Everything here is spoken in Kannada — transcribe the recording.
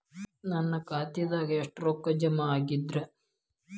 ನನ್ನ ಖಾತೆದಾಗ ಎಷ್ಟ ರೊಕ್ಕಾ ಜಮಾ ಆಗೇದ್ರಿ?